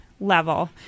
level